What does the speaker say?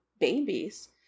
babies